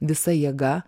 visa jėga